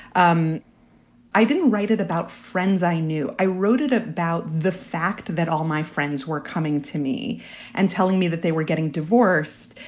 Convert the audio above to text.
um i didn't write it about friends i knew. i wrote it about the fact that all my friends were coming to me and telling me that they were getting divorced.